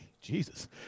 Jesus